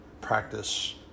practice